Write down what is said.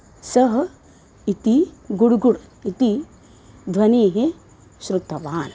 सः इति गुड् गुड् इति ध्वनेः श्रुतवान्